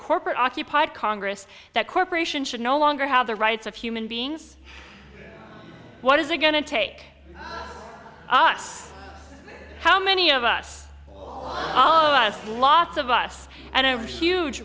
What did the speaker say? corporate occupied congress that corporations should no longer have the rights of human beings what is it going to take us how many of us all of us lots of us and a huge